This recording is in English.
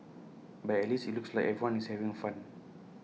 but at least IT looks like everyone is having fun